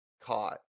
caught